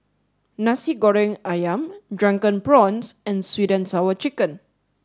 Nasi Goreng Ayam drunken prawns and sweet and sour chicken